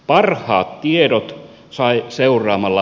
parhaat tiedot sai seuraamalla